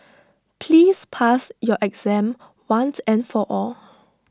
please pass your exam once and for all